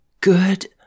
Good